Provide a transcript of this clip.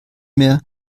mehr